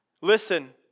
Listen